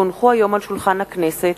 כי הונחו היום על שולחן הכנסת,